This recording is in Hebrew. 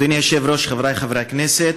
אדוני היושב-ראש, חבריי חברי הכנסת,